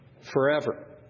forever